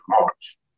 March